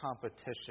competition